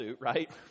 right